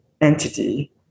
entity